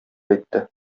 әйтте